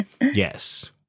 Yes